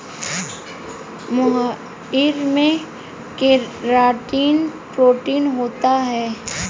मोहाइर में keratin protein होता है